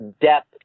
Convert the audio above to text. depth